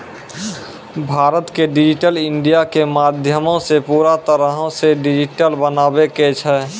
भारतो के digital India के माध्यमो से पूरा तरहो से डिजिटल बनाबै के छै